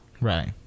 right